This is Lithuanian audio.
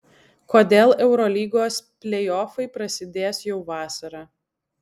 kodėl eurolygos pleiofai prasidės jau vasarą